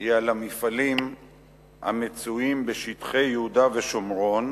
היא על המפעלים המצויים בשטחי יהודה ושומרון,